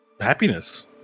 happiness